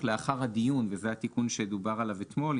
וזה התיקון שדובר עליו אתמול,